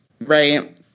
right